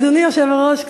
אדוני היושב-ראש,